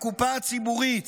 הקופה הציבורית